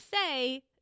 say